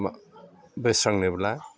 बोस्रांनोब्ला